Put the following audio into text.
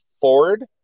Ford